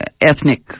ethnic